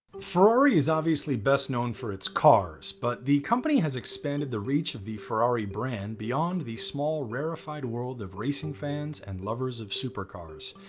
ferrari is obviously best known for its cars. but the company has expanded the reach of the ferrari brand beyond these small, rarefied world of racing fans and lovers of supercars.